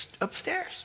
upstairs